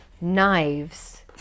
knives